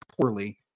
poorly